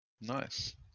Nice